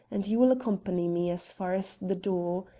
and you will accompany me as far as the door.